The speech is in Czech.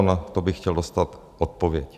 Na to bych chtěl dostat odpověď.